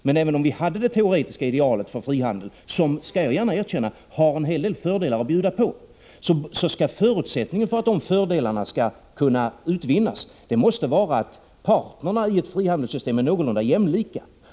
Men även om vi hade uppnått de teoretiska idealen för fri handel — som, det skall jag gärna erkänna, har en hel del fördelar att bjuda på — så är förutsättningen för att dessa fördelar kan utvinnas att parterna är någorlunda jämlika.